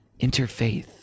interfaith